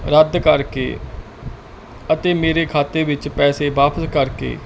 ਰੱਦ ਕਰਕੇ ਅਤੇ ਮੇਰੇ ਖਾਤੇ ਵਿੱਚ ਪੈਸੇ ਵਾਪਸ ਕਰਕੇ